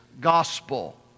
gospel